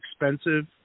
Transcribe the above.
expensive